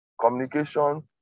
Communication